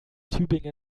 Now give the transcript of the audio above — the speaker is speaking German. tübingen